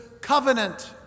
covenant